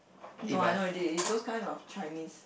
no I know already is those kind of Chinese